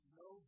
no